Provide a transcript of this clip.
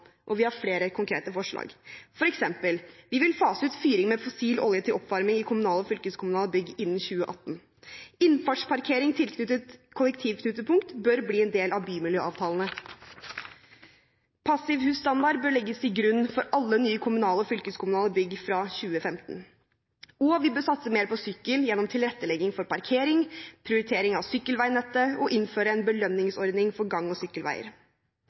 og vi har flere konkrete forslag. For eksempel: Vi vil fase ut fyring med fossil olje til oppvarming i kommunale og fylkeskommunale bygg innen 2018. Innfartsparkering tilknyttet kollektivknutepunkt bør bli en del av bymiljøavtalene. Passivhusstandard bør legges til grunn for alle nye kommunale og fylkeskommunale bygg fra 2015. Og vi bør satse mer på sykkel gjennom tilrettelegging for parkering, prioritering av sykkelveinettet og innføre en belønningsordning for gang- og sykkelveier.